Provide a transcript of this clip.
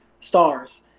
stars